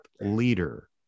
leader